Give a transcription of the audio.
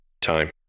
time